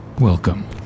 Welcome